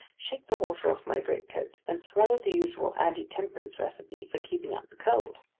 shake the water off my great-coat, and swallow the usual anti-temperance recipe for keeping out the cold.